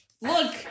look